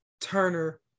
Turner